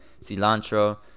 Cilantro